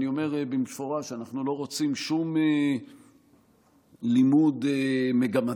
אני אומר במפורש: אנחנו לא רוצים שום לימוד מגמתי,